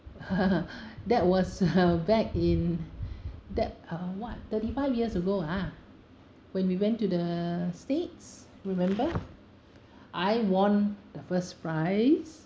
that was uh back in that uh what thirty five years ago ah when we went to the states remember I won the first prize